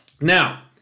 Now